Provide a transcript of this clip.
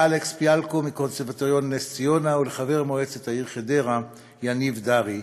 לאלכס פיאלקו מקונסרבטוריון נס ציונה ולחבר מועצת העיר חדרה יניב דרי,